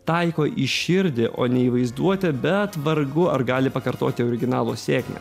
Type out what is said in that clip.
taiko į širdį o ne į vaizduotę bet vargu ar gali pakartoti originalo sėkmę